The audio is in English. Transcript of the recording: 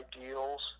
ideals